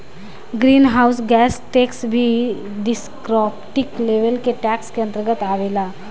green house gas tax भी descriptive level के tax के अंतर्गत आवेला